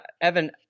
Evan